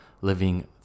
living